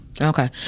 Okay